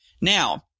Now